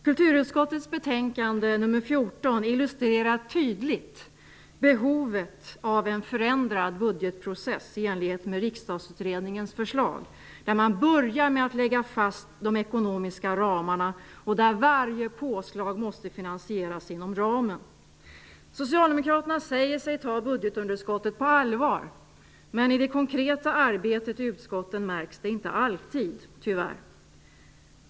Kulturutskottets betänkande nummer 14 illustrerar tydligt behovet av en förändrad budgetprocess i enlighet med riksdagsutredningens förslag där man börjar med att lägga fast de ekonomiska ramarna och där varje påslag måste finansieras inom ramen. Socialdemokraterna säger sig ta budgetunderskottet på allvar. Men i det konkreta arbetet i utskotten märks det inte alltid -- tyvärr.